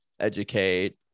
educate